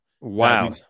Wow